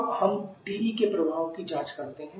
अब हम TE के प्रभाव की जाँच करते हैं